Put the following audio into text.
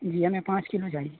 جی ہمیں پانچ کلو چاہیے